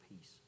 peace